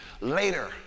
later